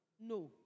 no